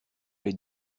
les